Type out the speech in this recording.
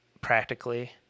practically